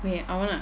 wait I wanna